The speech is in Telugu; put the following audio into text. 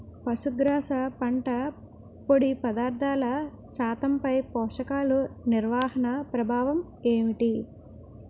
పశుగ్రాస పంట పొడి పదార్థాల శాతంపై పోషకాలు నిర్వహణ ప్రభావం ఏమిటి?